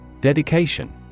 Dedication